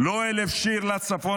לא אלף שיר לצפון,